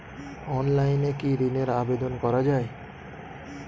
অনলাইনে কি ঋনের আবেদন করা যায়?